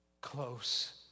close